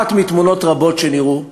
אחת מתמונות רבות שנראו,